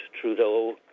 Trudeau